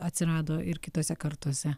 atsirado ir kitose kartose